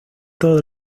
todos